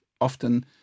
Often